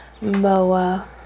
Moa